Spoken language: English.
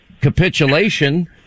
capitulation